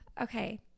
okay